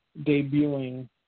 Debuting